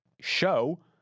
show